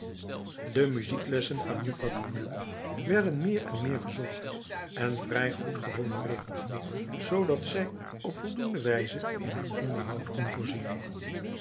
de muzieklessen van juffrouw tournel werden meer en meer gezocht en vrij goed gehonoreerd zoodat zij op voldoende wijze in haar onderhoud kon voorzien